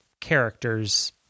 characters